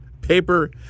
Paper